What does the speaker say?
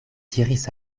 diris